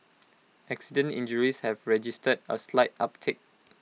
accident injuries have registered A slight uptick